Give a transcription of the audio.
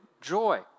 joy